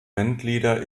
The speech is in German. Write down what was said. bandleader